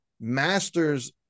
masters